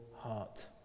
heart